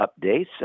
updates